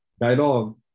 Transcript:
Dialogue